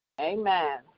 Amen